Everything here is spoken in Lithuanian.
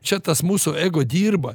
čia tas mūsų ego dirba